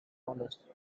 follows